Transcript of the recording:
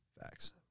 Facts